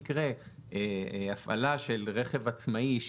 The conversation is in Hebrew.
הפעלה של רכב עצמאי,